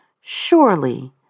Surely